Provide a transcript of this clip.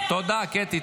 --- תודה, קטי.